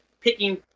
picking